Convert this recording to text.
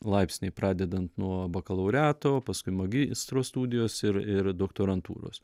laipsniai pradedant nuo bakalaureto paskui magistro studijos ir ir doktorantūros